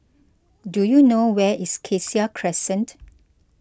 do you know where is Cassia Crescent